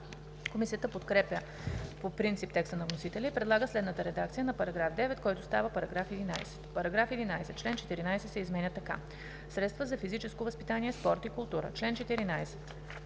Комисията подкрепя по принцип текста на вносителя и предлага следната редакция на § 9, който става § 11: „§ 11. Член 14 се изменя така: „Средства за физическо възпитание, спорт и култура Чл. 14.